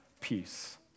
peace